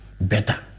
better